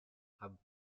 have